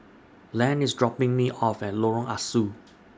Len IS dropping Me off At Lorong Ah Soo